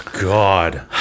God